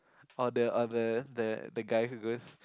or the or the the guys who goes